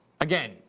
again